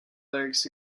lyrics